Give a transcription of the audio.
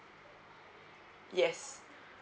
yes